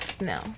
no